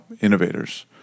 innovators